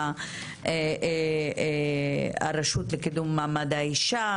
גם לרשות לקידום מעמד האישה,